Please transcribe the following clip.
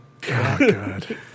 God